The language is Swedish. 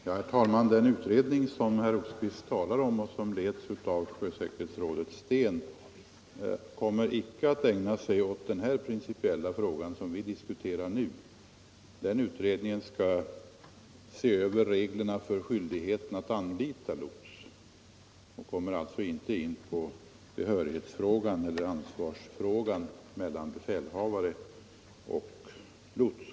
Herr talman! Den utredning som herr Rosqvist talar om och som leds av sjösäkerhetsdirektören Steen kommer inte att ägna sig åt den prin cipiella fråga som vi nu diskuterar. Den utredningen skall se över reglerna — Nr 76 för skyldigheten att anlita lots. Den kommer alltså inte in på behörig Onsdagen den hetsfrågan och ansvarsfördelningen mellan befälhavare och lots.